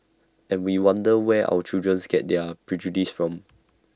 and we wonder where our children get their prejudices from